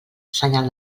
senyal